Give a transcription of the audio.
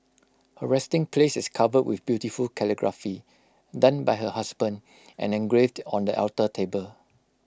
her resting place is covered with beautiful calligraphy done by her husband and engraved on the alter table